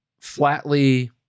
flatly